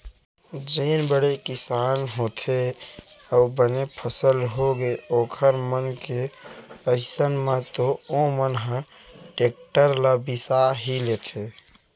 जेन बड़े किसान होथे अउ बने फसल होगे ओखर मन के अइसन म तो ओमन ह टेक्टर ल बिसा ही लेथे